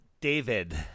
David